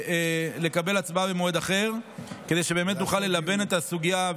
ולקבל הצבעה במועד אחר כדי שבאמת נוכל ללבן את הסוגיה,